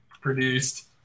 produced